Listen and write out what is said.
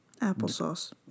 Applesauce